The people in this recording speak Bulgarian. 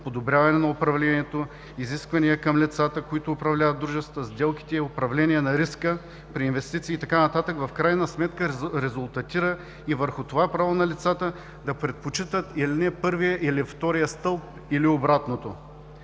подобряване на управлението, изисквания към лицата, които управляват дружествата, сделките и управления на риска при инвестиции и така нататък в крайна сметка резултатира и върху това право на лицата да предпочитат или първия, или втория стълб, или обратното.